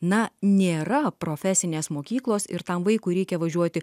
na nėra profesinės mokyklos ir tam vaikui reikia važiuoti